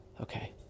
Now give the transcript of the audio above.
Okay